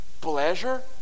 pleasure